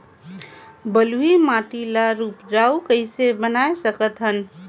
बलुही माटी ल उपजाऊ कइसे बनाय सकत हन?